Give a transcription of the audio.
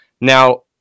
Now